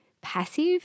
passive